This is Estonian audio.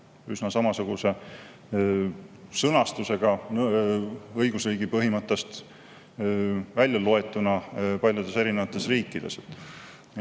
üsna samasuguse sõnastusega õigusriigi põhimõttest välja loetuna paljudes erinevates riikides.